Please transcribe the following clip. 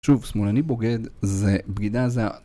שוב, שמאלני בוגד זה בגידה זה. ..